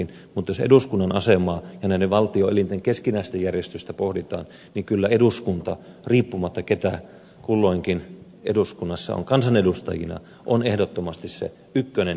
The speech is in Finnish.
mutta jos eduskunnan asemaa ja näiden valtioelinten keskinäistä järjestystä pohditaan niin kyllä eduskunta riippumatta keitä kulloinkin eduskunnassa on kansanedustajina on ehdottomasti se ykkönen